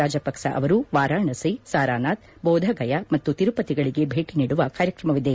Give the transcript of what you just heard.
ರಾಜಪಕ್ಷ ಅವರು ವಾರಾಣಸಿ ಸಾರಾನಾಥ್ ಬೋಧಗಯಾ ಮತ್ತು ತಿರುಪತಿಗಳಿಗೆ ಭೇಟಿ ನೀಡುವ ಕಾರ್ಯಕ್ರಮವಿದೆ